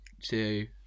two